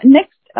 Next